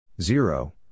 Zero